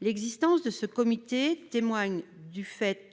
L'existence de ce comité témoigne